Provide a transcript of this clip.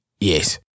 yes